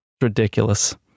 Ridiculous